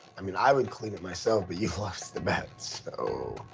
i mean i would clean it myself but you lost the bet so.